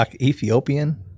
Ethiopian